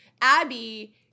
Abby